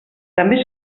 també